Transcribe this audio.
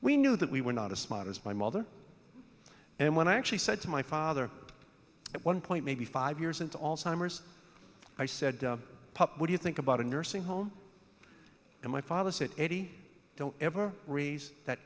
we knew that we were not as smart as my mother and when i actually said to my father at one point maybe five years into all simers i said what do you think about a nursing home and my father said eddie don't ever raise that